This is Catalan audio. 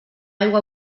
aigua